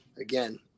again